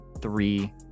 Three